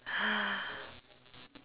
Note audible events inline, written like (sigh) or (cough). (breath)